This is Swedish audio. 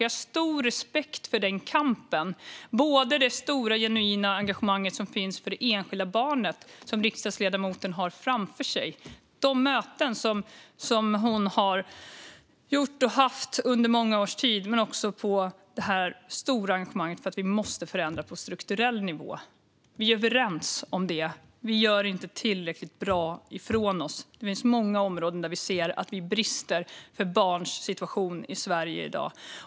Jag har stor respekt för den kampen. Det gäller det stora genuina engagemanget som finns för det enskilda barnet som riksdagsledamoten har framför sig. Det gäller de möten som hon har haft under många års tid men också det stora engagemanget för att vi måste förändra på strukturell nivå. Vi är överens om att vi inte gör tillräckligt bra ifrån oss. Det finns många områden där vi ser att vi brister för barns situation i Sverige i dag.